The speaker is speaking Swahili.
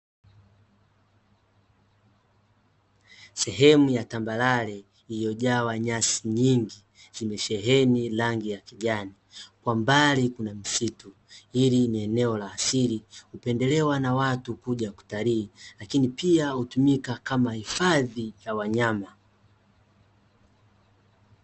Sehemu ya tambarare iliyojaa nyasi nyingi zimesheheni rangi ya kijani, kwa mbali kuna msitu. Hili ni eneo la asili hupendelewa na watu kuja kutalii, lakini pia hutumika kama hifadhi ya wanyama.